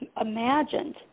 imagined